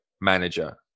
manager